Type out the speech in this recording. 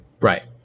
right